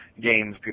games